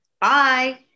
Bye